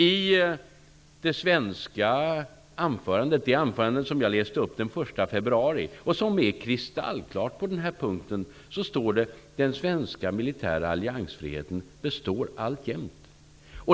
I det anförande som jag läste upp den 1 februari och som är kristallklart på denna punkt står det: Den svenska militära alliansfriheten består alltjämt.